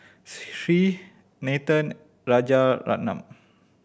Hri Nathan Rajaratnam